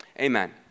Amen